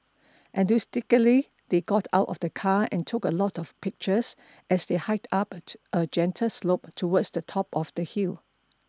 enthusiastically they got out of the car and took a lot of pictures as they hiked up a gentle slope towards the top of the hill